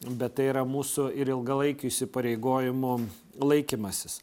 bet tai yra mūsų ir ilgalaikių įsipareigojimų laikymasis